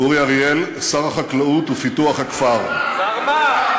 אורי אריאל, שר החקלאות ופיתוח הכפר, שר מה?